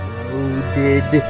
loaded